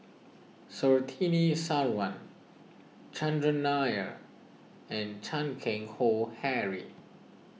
Surtini Sarwan Chandran Nair and Chan Keng Howe Harry